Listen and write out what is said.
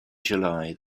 july